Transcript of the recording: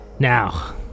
Now